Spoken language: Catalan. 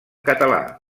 català